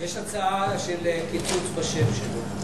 יש הצעה לקיצוץ בשם שלו.